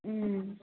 उम्